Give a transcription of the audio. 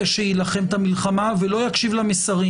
שיילחם את המלחמה ולא יקשיב למסרים.